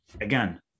again